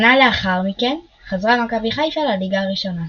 שנה לאחר מכן חזרה מכבי חיפה לליגה הראשונה.